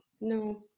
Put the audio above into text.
No